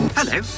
Hello